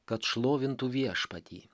kad šlovintų viešpatį